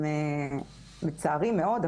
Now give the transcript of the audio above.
לצערי מאוד,